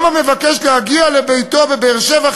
גם המבקש להגיע לביתו בבאר-שבע,